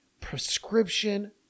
prescription